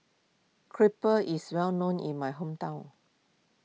Crepe is well known in my hometown